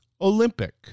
olympic